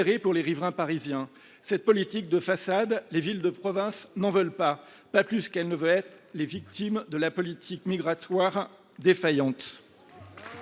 pour les riverains parisiens. Cette politique de façade, les villes de province n’en veulent pas, pas plus qu’elles ne souhaitent être les victimes d’une politique migratoire défaillante